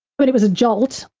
but it was a jolt.